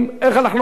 סיוע קטן,